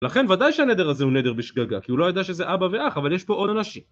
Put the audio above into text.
לכן ודאי שהנדר הזה הוא נדר בשגגה, כי הוא לא ידע שזה אבא ואח, אבל יש פה עוד אנשים